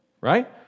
right